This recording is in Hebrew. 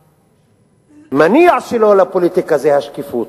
המניע שלו לפוליטיקה זה השקיפות.